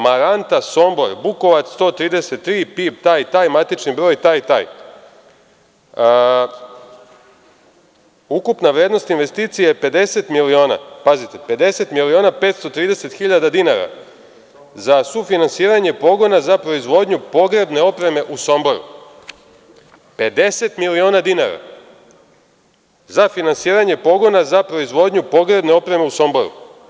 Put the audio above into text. Maranta Sombor, Bukovac 133, PIB taj i taj, matični broj taj i taj, ukupna vrednost investicije je 50 miliona, pazite, 50.530.000 dinara, za sufinansiranje pogona za proizvodnju pogrebne opreme u Somboru, 50 miliona dinara za finansiranje pogona za proizvodnju pogrebne opreme u Somboru.